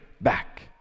back